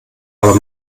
aber